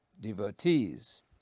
devotees